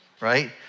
right